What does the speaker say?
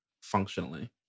functionally